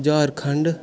Jharkhand